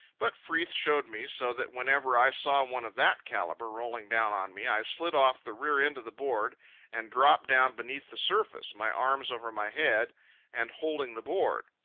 but freeth showed me, so that whenever i saw one of that calibre rolling down on me, i slid off the rear end of the board and dropped down beneath the surface, my arms over my head and holding the board.